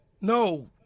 No